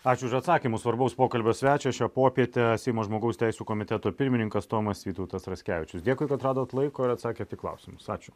ačiū už atsakymus svarbaus pokalbio svečias šią popietę seimo žmogaus teisių komiteto pirmininkas tomas vytautas raskevičius dėkui kad radot laiko ir atsakėt į klausimus ačiū